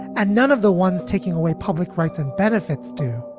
and none of the ones taking away public rights and benefits do.